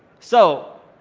so